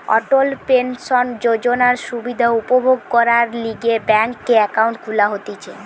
অটল pension যোজনার সুবিধা উপভোগ করবার লিগে ব্যাংকে একাউন্ট খুলা হতিছে